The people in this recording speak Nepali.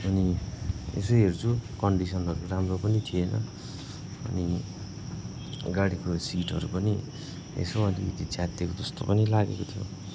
अनि यसो हेर्छु कन्डिसनहरू राम्रो पनि थिएन अनि गाडीको सिटहरू पनि यसो अलिकति च्यातिएको जस्तो पनि लागेको थियो